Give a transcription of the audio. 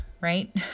right